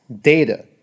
data